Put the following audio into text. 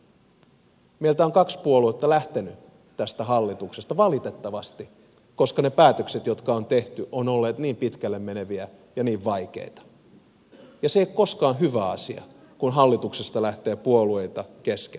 meiltä on kaksi puoluetta lähtenyt tästä hallituksesta valitettavasti koska ne päätökset jotka on tehty ovat olleet niin pitkälle meneviä ja niin vaikeita ja se ei ole koskaan hyvä asia kun hallituksesta lähtee puolueita kesken